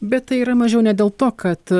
bet tai yra mažiau ne dėl to kad